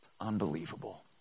Unbelievable